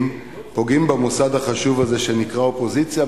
פוגעים במוסד החשוב הזה שנקרא אופוזיציה,